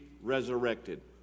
resurrected